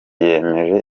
yemeje